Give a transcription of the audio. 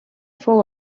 fou